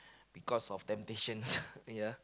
because of temptations ya